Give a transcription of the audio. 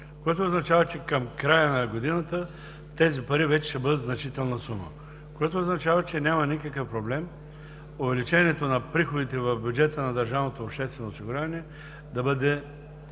което означава, че към края на годината тези пари вече ще бъдат значителна сума. Това означава, че няма никакъв проблем увеличението на приходите в бюджета на държавното обществено осигуряване да бъде